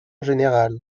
général